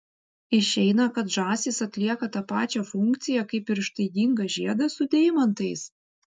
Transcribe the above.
išeina kad žąsys atlieka tą pačią funkciją kaip ir ištaigingas žiedas su deimantais